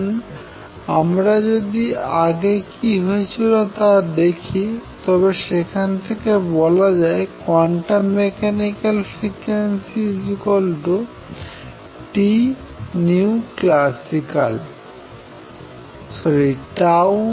এখন আমরা যদি আগে কি হয়েছিল তা দেখি তবে সেখান থেকে বলা যায় কোয়ান্টাম মেকানিকাল ফ্রিকোয়েন্সি classical